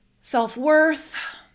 self-worth